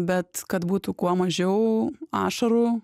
bet kad būtų kuo mažiau ašarų